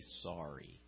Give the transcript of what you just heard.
sorry